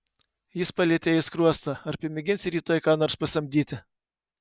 jis palietė jai skruostą ar pamėginsi rytoj ką nors pasamdyti